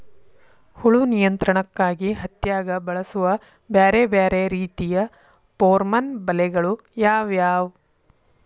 ಹುಳು ನಿಯಂತ್ರಣಕ್ಕಾಗಿ ಹತ್ತ್ಯಾಗ್ ಬಳಸುವ ಬ್ಯಾರೆ ಬ್ಯಾರೆ ರೇತಿಯ ಪೋರ್ಮನ್ ಬಲೆಗಳು ಯಾವ್ಯಾವ್?